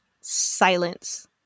silence